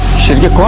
should get